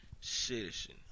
citizen